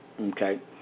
Okay